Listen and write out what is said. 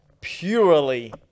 purely